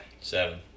Seven